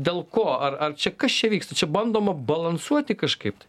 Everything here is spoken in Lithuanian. dėl ko ar ar čia kas čia vyksta čia bandoma balansuoti kažkaip tai